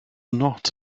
not